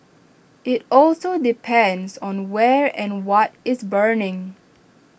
IT also depends on where and what is burning